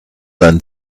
dann